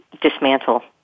dismantle